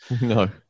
no